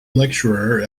lecturer